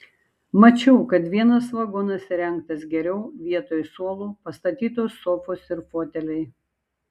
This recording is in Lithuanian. mačiau kad vienas vagonas įrengtas geriau vietoj suolų pastatytos sofos ir foteliai